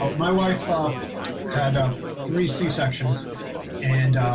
ah my wife thought had ah three c-sections and